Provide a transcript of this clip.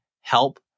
help